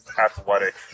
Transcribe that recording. athletic